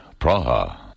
Praha